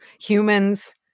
Humans